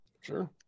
sure